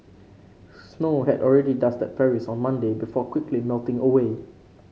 snow had already dusted Paris on Monday before quickly melting away